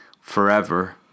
forever